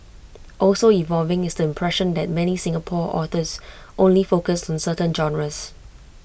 also evolving is the impression that many Singapore authors only focus on certain genres